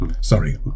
sorry